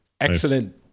Excellent